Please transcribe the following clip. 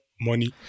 money